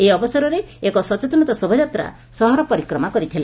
ଏହି ଅବସରରେ ଏକ ସଚେତନତା ଶୋଭାଯାତ୍ରା ସହର ପରିକ୍ରମା କରିଥିଲା